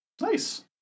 nice